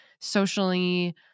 socially